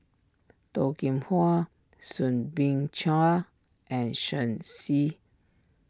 Toh Kim Hwa Soo Bin Chua and Shen Xi